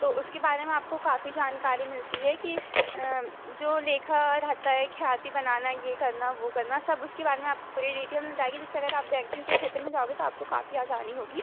तो उसके बारे में आपको काफ़ी जानकारी मिलती है कि जो लेखा रहता है ख्याति बनाना ये करना वो करना सब उसके बारे में आपको पूरी डीटेल मिल जाएगी जिससे अगर आप बैंकिंग के क्षेत्र में जाओगे तो आपको काफ़ी आसानी होगी